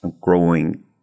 Growing